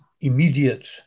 immediate